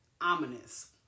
ominous